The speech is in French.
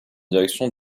direction